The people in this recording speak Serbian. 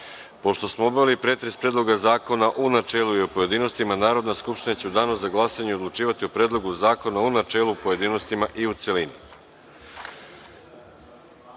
smo obavili pretres Predloga zakona u načelu i u pojedinostima, Narodna skupština će u danu za glasanje odlučivati o Predlogu zakona u načelu, pojedinostima i u